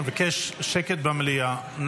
אבקש שקט במליאה.